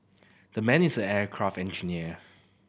the man is an aircraft engineer